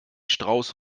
strauß